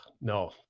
no